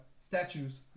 statues